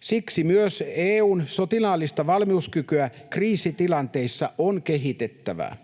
Siksi myös EU:n sotilaallista valmiuskykyä kriisitilanteissa on kehitettävä.